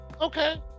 Okay